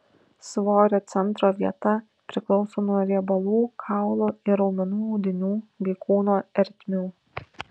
svorio centro vieta priklauso nuo riebalų kaulų ir raumenų audinių bei kūno ertmių